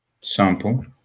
sample